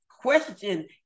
question